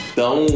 Então